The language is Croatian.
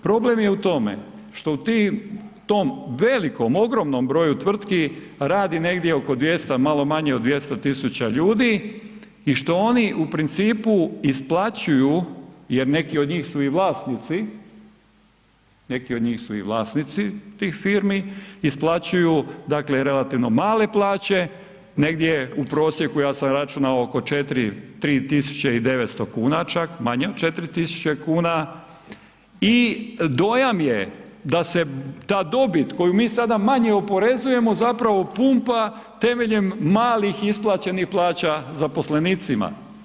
Problem je u tome što u tom velikom ogromnom broju tvrtki radi negdje oko 200, malo manje od 200 000 ljudi i što oni u principu isplaćuju jer neki od njih su i vlasnici, neki od njih su i vlasnici tih firmi, isplaćuju dakle relativno male plaće, negdje u prosjeku ja sam računao oko 4000, 3900 kuna čak, manje od 4000 kuna i dojam je da se ta dobit koju mi sad manje oporezujemo zapravo pumpa temeljem malih isplaćenih plaća zaposlenicima.